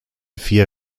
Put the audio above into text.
vier